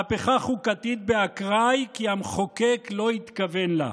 "מהפכה חוקתית באקראי, כי המחוקק לא התכוון לה".